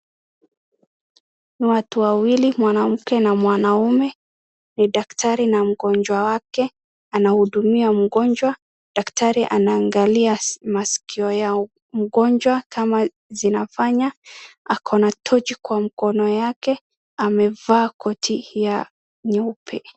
Watu wawili mwanamke na mwanaume ni dakitari na mgonjwa wake anahudumia mgonjwa. Dakitari anaangalia masikio ya mgonjwa kama zinafanya. Akona tochi kwa mkono wake. Amevaa koti ya nyeupe.